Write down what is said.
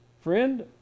Friend